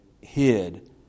hid